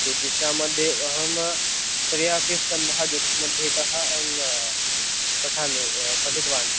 ज्योतिषमध्ये अहं त्रय अपि स्कन्दः ज्योतिषमध्ये तः अहं पठामि पठितवान्